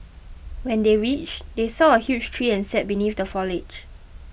when they reached they saw a huge tree and sat beneath the foliage